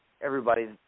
everybody's